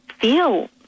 feel